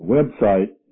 Website